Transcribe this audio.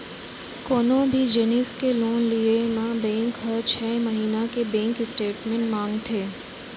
कोनों भी जिनिस के लोन लिये म बेंक हर छै महिना के बेंक स्टेटमेंट मांगथे